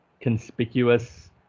conspicuous